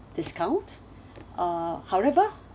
discount uh however